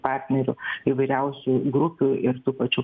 partnerių įvairiausių grupių ir tų pačių